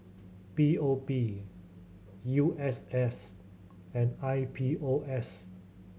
P O P U S S and I P O S